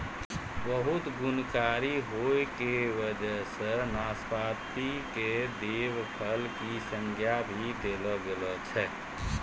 बहुत गुणकारी होय के वजह सॅ नाशपाती कॅ देव फल के संज्ञा भी देलो गेलो छै